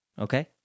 okay